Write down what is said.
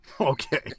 Okay